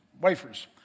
wafers